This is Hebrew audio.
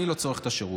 אני לא צורך את השירות,